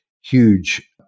huge